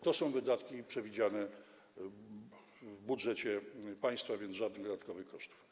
To są wydatki przewidziane w budżecie państwa, więc nie będzie żadnych dodatkowych kosztów.